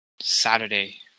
Saturday